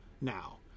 now